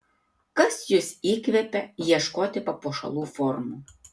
kas jus įkvepia ieškoti papuošalų formų